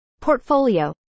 portfolio